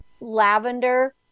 lavender